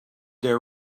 their